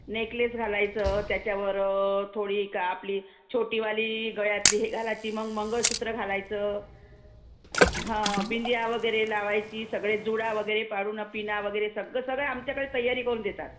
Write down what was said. necklace घालायचं त्याच्यावर थोडी का आपली छोटीवाली गळ्यातली ही घालायची मग मंगळसूत्रं घालायचं बिंंदिया वगैरे लावायची सगळे जुडा वगैरे पाडून पिना वगैरे सगळं सगळं आमच्याकडे तयारी करून देतात